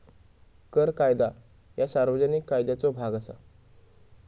कर कायदा ह्या सार्वजनिक कायद्याचो भाग असा